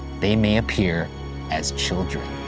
they may appear as children.